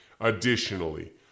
Additionally